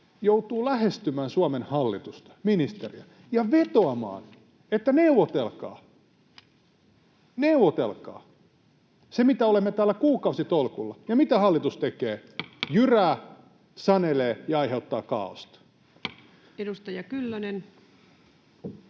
joutuu lähestymään Suomen hallitusta, ministeriä, ja vetoamaan, että neuvotelkaa, neuvotelkaa? Sitä, mitä olemme pyytäneet täällä kuukausitolkulla. Ja mitä hallitus tekee: jyrää, sanelee ja aiheuttaa kaaosta. Edustaja Kyllönen.